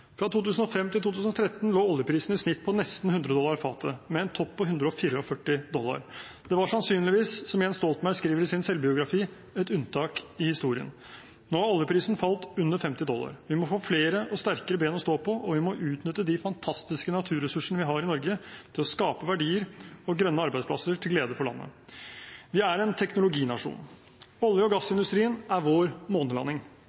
Fra 2005 til 2013 lå oljeprisen i snitt på nesten 100 dollar fatet med en topp på 144 dollar. Det var sannsynligvis, som Jens Stoltenberg skriver i sin selvbiografi, et unntak i historien. Nå har oljeprisen falt til under 50 dollar. Vi må få flere og sterkere ben å stå på, og vi må utnytte de fantastiske naturressursene vi har i Norge til å skape verdier og grønne arbeidsplasser til glede for landet. Vi er en teknologinasjon. Olje- og gassindustrien er vår månelanding